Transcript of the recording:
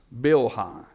Bilhah